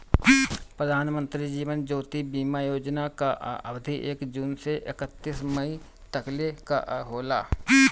प्रधानमंत्री जीवन ज्योति बीमा योजना कअ अवधि एक जून से एकतीस मई तकले कअ होला